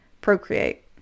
procreate